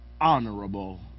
honorable